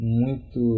muito